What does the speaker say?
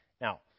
Now